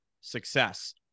success